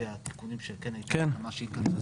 אליה התיקונים שכן הייתי ממש שייכנסו.